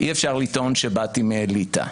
אי אפשר לטעון שבאתי מהאליטה.